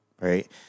right